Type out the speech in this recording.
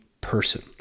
person